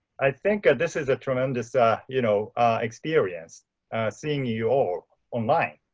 i think this is a tremendous ah you know experience seeing you all online.